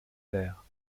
taire